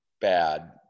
bad